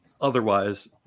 Otherwise